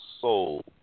soul